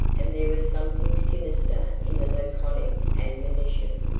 and there was something sinister in the laconic admonition.